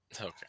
Okay